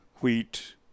wheat